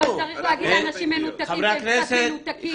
אבל צריך להגיד לאנשים מנותקים שהם קצת מנותקים.